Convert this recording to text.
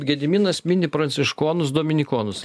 gediminas mini pranciškonus dominikonus